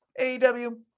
AEW